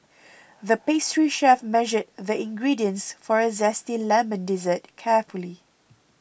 the pastry chef measured the ingredients for a Zesty Lemon Dessert carefully